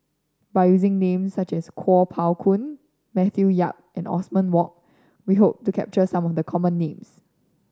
by using names such as Kuo Pao Kun Matthew Yap and Othman Wok we hope to capture some of the common names